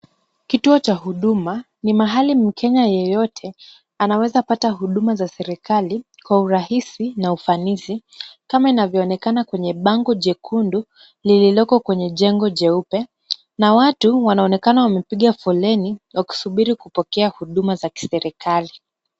Kituo cha Huduma ni mahali mkenya yeyote anaweza pata huduma za serikali kwa urahisi na ufanisi kama inavyoonekana kwenye bango jekundu lililoko kwenye jengo jeupe na watu wanaonekana wamepiga foleni wakisubiri kupokea huduma za kiserikali.